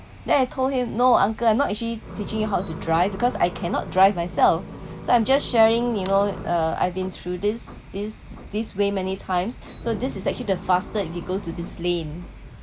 then I told him no uncle I'm not actually teaching you how to drive because I cannot drive myself so I'm just sharing you know uh I've been through this this this way many times so this is actually the fastest if we go to this lane